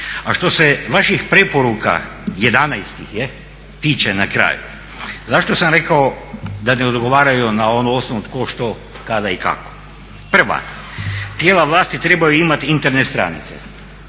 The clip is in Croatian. A što se vaših preporuka jedanaest ih je tiče na kraju zašto sam rekao da ne odgovaraju na onu osnovu tko, što, kada i kako. Prva. Tijela vlasti trebaju imati Internet stranice.